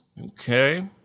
Okay